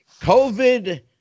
COVID